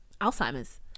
Alzheimer's